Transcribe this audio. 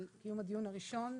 על קיום הדיון הראשון,